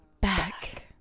Back